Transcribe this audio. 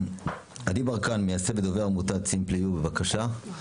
עדי ברקן, מייסד ודובר עמותת simply you, בבקשה.